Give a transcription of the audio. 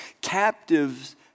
captives